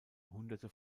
hunderte